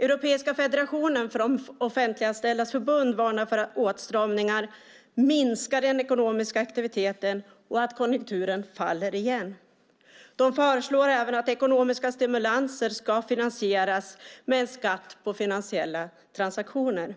Europeiska federationen för offentliganställdas förbund varnar för att åtstramningar minskar den ekonomiska aktiviteten och för att konjunkturen faller igen. De föreslår även att ekonomiska stimulanser ska finansieras med en skatt på finansiella transaktioner.